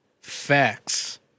Facts